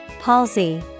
Palsy